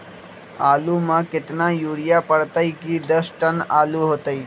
आलु म केतना यूरिया परतई की दस टन आलु होतई?